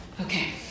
Okay